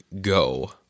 Go